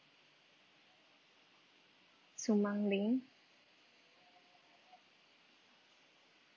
sumang link